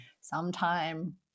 sometime